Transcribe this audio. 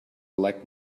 black